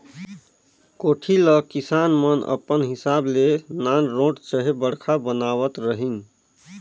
कोठी ल किसान मन अपन हिसाब ले नानरोट चहे बड़खा बनावत रहिन